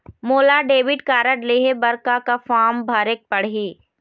मोला debit card लेहे बर का का फार्म भरेक पड़ही?